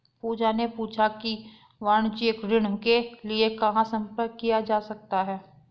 पूजा ने पूछा कि वाणिज्यिक ऋण के लिए कहाँ संपर्क किया जा सकता है?